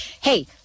hey